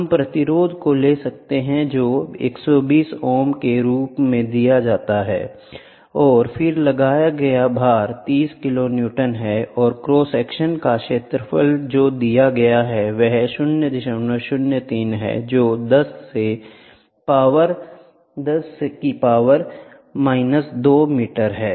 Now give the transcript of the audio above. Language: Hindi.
हम प्रतिरोध को ले सकते हैं जो 120 ओम के रूप में दिया जाता है और फिर लगाया गया भार 30 किलो न्यूटन है और क्रॉस सेक्शन का क्षेत्र जो दिया गया है वह 003 है जो 10 से पावर माइनस 2 मीटर है